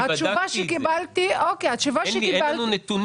אין לנו נתונים